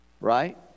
Right